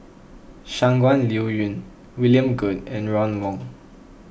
Shangguan Liuyun William Goode and Ron Wong